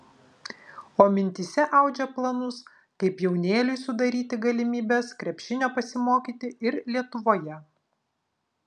o mintyse audžia planus kaip jaunėliui sudaryti galimybes krepšinio pasimokyti ir lietuvoje